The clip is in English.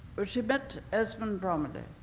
but she met esmond romilly,